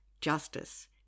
justice